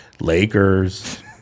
Lakers